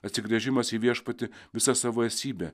atsigręžimas į viešpatį visa savo esybe